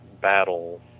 battle